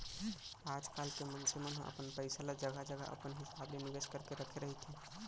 आजकल के मनसे मन ह अपन पइसा ल जघा जघा अपन हिसाब ले निवेस करके रखे रहिथे